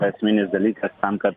esminis dalykas tam kad